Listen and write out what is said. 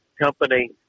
company